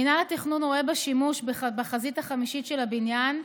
מינהל התכנון רואה בשימוש בחזית החמישית של הבניין,